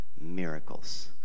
Miracles